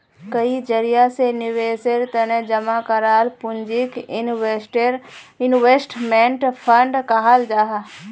कई जरिया से निवेशेर तने जमा कराल पूंजीक इन्वेस्टमेंट फण्ड कहाल जाहां